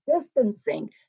distancing